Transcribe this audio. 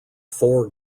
four